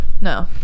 no